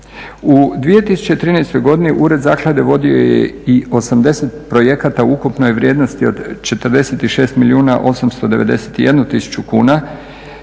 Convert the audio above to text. U 2013. godini ured zaklade vodio je i 80 projekata u ukupnoj vrijednosti od 46 milijuna 891 tisuću kunu